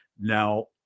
Now